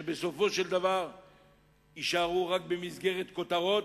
שבסופו של דבר יישארו רק במסגרת כותרות,